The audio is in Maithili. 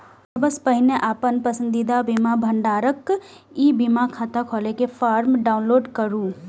सबसं पहिने अपन पसंदीदा बीमा भंडारक ई बीमा खाता खोलै के फॉर्म डाउनलोड करू